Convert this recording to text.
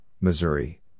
Missouri